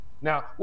Now